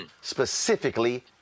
Specifically